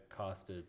costed